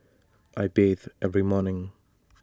I bathe every morning